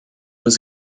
was